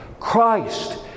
Christ